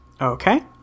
Okay